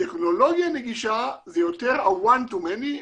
טכנולוגיה נגישה זה יותר ה-one to many,